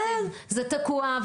כן, זה תקוע.